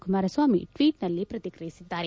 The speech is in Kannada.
ಕುಮಾರಸ್ವಾಮಿ ಟ್ವೀಟ್ನಲ್ಲಿ ಪ್ರತಿಕ್ರಿಯಿಸಿದ್ದಾರೆ